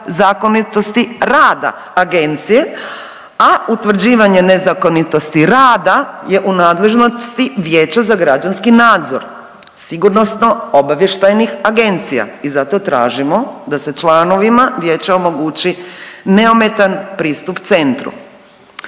zakonitosti rada Agencije, a utvrđivanje nezakonitosti rada je u nadležnosti Vijeća za građanski nadzor sigurnosno-obavještajnih agencija i zato tražimo da je članovima Vijeća omogući neometan pristup Centru.